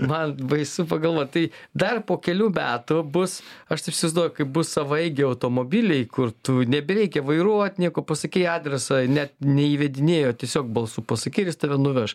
man baisu pagalvot tai dar po kelių metų bus aš taip įsivaizduoju kai bus savaeigiai automobiliai kur tu nebereikia vairuot nieko pasakei adresą net neįvedinėji o tiesiog balsu pasakei ir jis tave nuveš